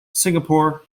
singapore